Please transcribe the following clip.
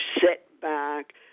setback